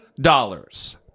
dollars